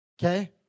Okay